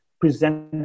present